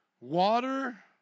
Water